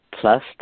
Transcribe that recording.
plus